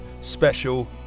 special